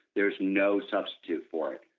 there is no substitute for it.